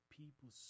people